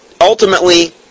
ultimately